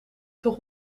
toch